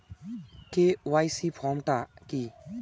KYC form টা কি?